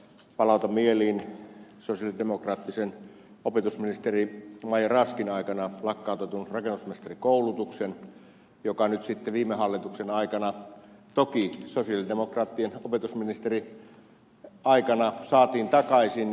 palautan mieliin sosialidemokraattisen opetusministeri maija raskin aikana lakkautetun rakennusmestarikoulutuksen joka nyt sitten viime hallituksen aikana toki sosialidemokraattien opetusministeriaikana saatiin takaisin